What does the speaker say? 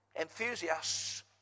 enthusiasts